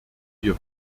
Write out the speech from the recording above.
wir